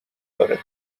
داره